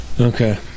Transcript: Okay